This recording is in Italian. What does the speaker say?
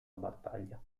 battaglia